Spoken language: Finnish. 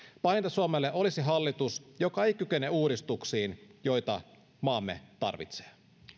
pahinta suomelle olisi hallitus joka ei kykene uudistuksiin joita maamme tarvitsee